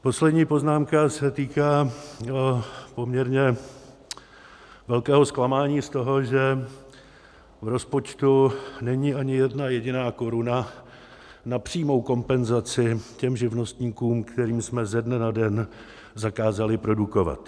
Poslední poznámka se týká poměrně velkého zklamání z toho, že v rozpočtu není ani jedna jediná koruna na přímou kompenzaci těm živnostníkům, kterým jsme ze dne na den zakázali produkovat.